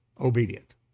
obedient